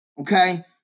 Okay